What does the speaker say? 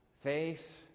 Faith